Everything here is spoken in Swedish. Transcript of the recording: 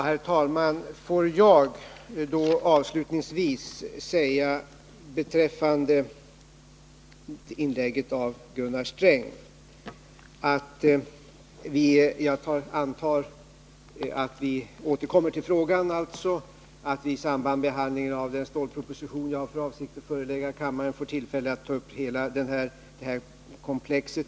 Herr talman! Får jag säga beträffande inlägget av Gunnar Sträng, att jag antar att vi återkommer till frågan, att vi i samband med behandlingen av den stålproposition jag har för avsikt att förelägga kammaren får tillfälle att ta upp hela detta komplex.